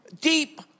deep